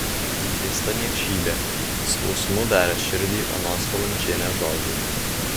nenuteista niekšybė skausmu veria širdį onos valančienės žodžiai